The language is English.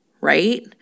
right